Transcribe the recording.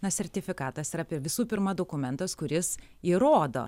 na sertifikatas yra visų pirma dokumentas kuris įrodo